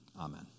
Amen